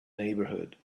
neighborhood